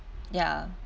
ya